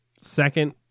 second